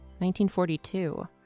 1942